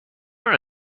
are